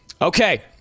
Okay